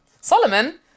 Solomon